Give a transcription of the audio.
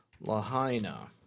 Lahaina